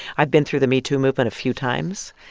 i've been through the metoo movement a few times,